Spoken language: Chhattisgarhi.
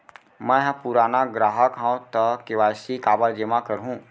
मैं ह पुराना ग्राहक हव त के.वाई.सी काबर जेमा करहुं?